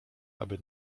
aby